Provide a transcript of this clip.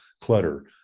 clutter